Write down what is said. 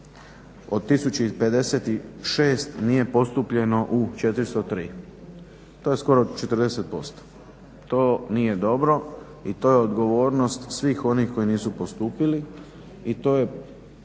od 1056. nije postupljeno u 403. To je skoro 40%. To nije dobro i to je odgovornost svih onih koji nisu postupili i to je